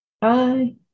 Bye